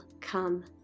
come